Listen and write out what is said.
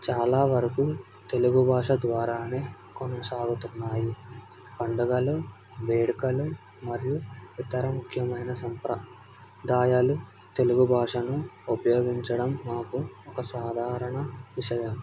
చాలా వరకు తెలుగు భాష ద్వారానే కొనసాగుతున్నాయి పండుగలు వేడుకలు మరియు ఇతర ముఖ్యమైన సంప్ర దాయాలు తెలుగు భాషను ఉపయోగించడం మాకు ఒక సాధారణ విషయం